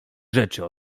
rzeczy